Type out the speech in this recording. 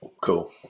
cool